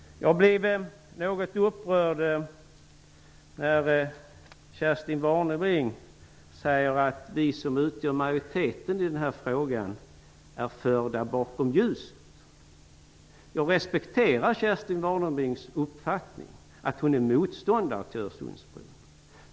Jag blir något upprörd när Kerstin Warnerbring säger att vi som utgör majoriteten i den här frågan är förda bakom ljuset. Jag respekterar Kerstin Warnerbrings uppfattning att hon är motståndare till Öresundsbron.